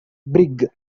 brig